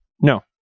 No